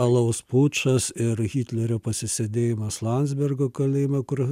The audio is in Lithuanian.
alaus pučas ir hitlerio pasisėdėjimas landzbergo kalėjime kur